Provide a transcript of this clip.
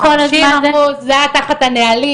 זה היה תחת הנהלים,